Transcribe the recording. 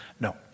no